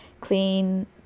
clean